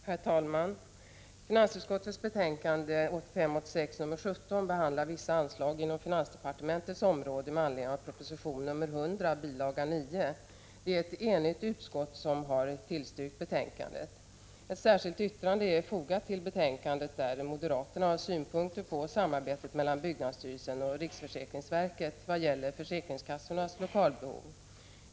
Herr talman! Finansutskottets betänkande 1985/86:17 behandlar vissa anslag inom finansdepartementets område med anledning av proposition 100, bil. 9. Det är ett enigt utskott som tillstyrker hemställan i betänkandet. Ett särskilt yttrande är fogat till betänkandet. Där har moderaterna synpunkter på samarbetet mellan byggnadsstyrelsen och riksförsäkringsverket i vad gäller försäkringskassornas lokalbehov.